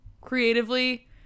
creatively